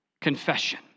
confession